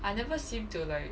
I never seem to like